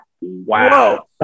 wow